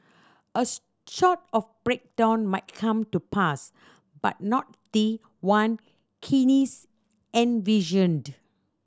a sort of breakdown might come to pass but not the one Keynes envisioned